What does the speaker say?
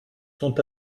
sont